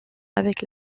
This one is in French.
avec